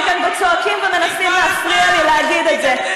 כאן וצועקים ומנסים להפריע לי להגיד את זה,